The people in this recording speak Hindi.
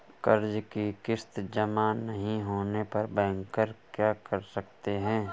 कर्ज कि किश्त जमा नहीं होने पर बैंकर क्या कर सकते हैं?